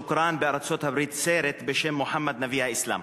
הוקרן בארצות-הברית סרט בשם "מוחמד נביא האסלאם".